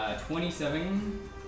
twenty-seven